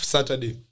Saturday